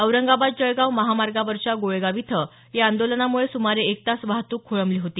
औरंगाबाद जळगाव महामार्गावरच्या गोळेगाव इथं या आंदोलनामुळे सुमारे एक तास वाहतुक खोळबली होती